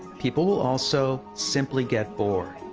people will also simply get bored.